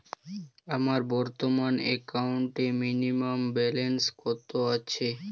আমার বর্তমান একাউন্টে মিনিমাম ব্যালেন্স কত আছে?